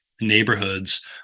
neighborhoods